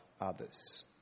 others